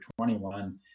21